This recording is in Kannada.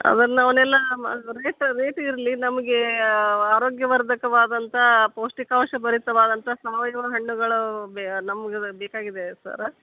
ಅವೆಲ್ಲ ಅವನ್ನೆಲ್ಲ ರೇಟ್ ರೇಟ್ ಇರಲಿ ನಮಗೆ ಆರೋಗ್ಯವರ್ಧಕವಾದಂಥ ಪೌಷ್ಟಿಕಾಂಶಭರಿತವಾದಂಥ ಸಾವಯವ ಹಣ್ಣುಗಳು ಬಿ ನಮ್ಗೆ ಬೇಕಾಗಿದೆ ಸರ